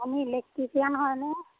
আপুনি ইলেক্ট্ৰিচিয়ান হয়নে